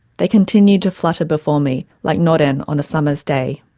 they continued to flutter before me like noren on a summer's day.